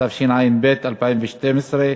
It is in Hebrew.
התשע"ב 2012,